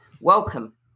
welcome